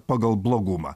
pagal blogumą